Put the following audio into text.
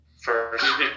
first